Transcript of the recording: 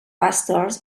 pastors